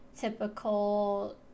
typical